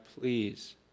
please